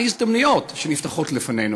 יש גם הזדמנויות שנפתחות לפנינו,